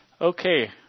Okay